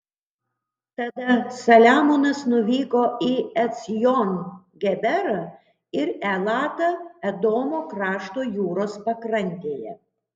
tada saliamonas nuvyko į ecjon geberą ir elatą edomo krašto jūros pakrantėje